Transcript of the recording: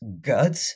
good